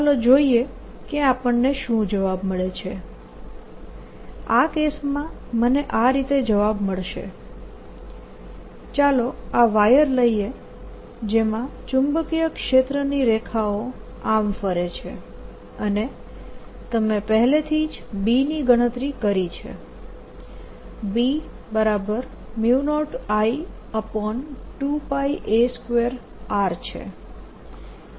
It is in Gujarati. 2πrdr016πI2 016πI212LI2 or L08πlength ચાલો જોઈએ કે આપણને શું જવાબ મળે છે આ કેસમાં મને આ રીતે જવાબ મળશે ચાલો આ વાયર લઈએ જેમાં ચુંબકીય ક્ષેત્રની રેખાઓ આમ ફરે છે અને તમે પહેલેથી જ B ની ગણતરી કરી છે B0I2πa2r છે